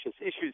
issues